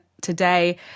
today